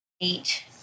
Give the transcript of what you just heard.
Eight